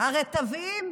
הרטבים.